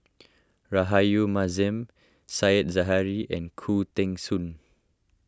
Rahayu Mahzam Said Zahari and Khoo Teng Soon